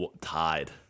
Tied